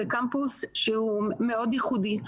שזה קמפוס מאוד ייחודי,